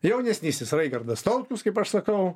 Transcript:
jaunesnysis raigardas tautkus kaip aš sakau